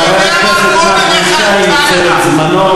חבר הכנסת, נכון.